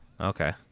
Okay